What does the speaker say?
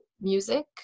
music